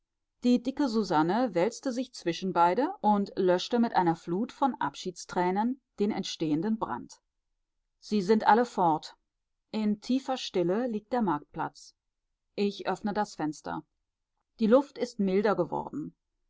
die dicke susanne wälzte sich zwischen beide und löschte mit einer flut von abschiedstränen den entstehenden brand sie sind alle fort in tiefer stille liegt der marktplatz ich öffne das fenster die luft ist milder geworden